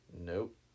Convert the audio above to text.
Nope